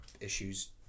issues